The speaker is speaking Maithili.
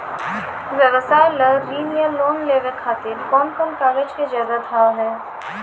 व्यवसाय ला ऋण या लोन लेवे खातिर कौन कौन कागज के जरूरत हाव हाय?